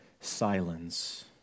silence